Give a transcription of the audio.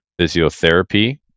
physiotherapy